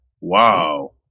Wow